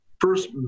First